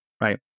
right